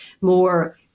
more